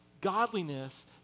godliness